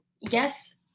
yes